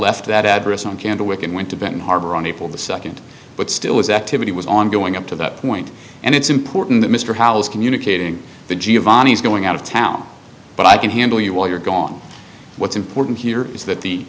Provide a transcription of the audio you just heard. left that address on candlewick and went to benton harbor on april the second but still is activity was ongoing up to that point and it's important that mr howell is communicating the giovanni's going out of town but i can handle you while you're gone what's important here is that the